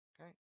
Okay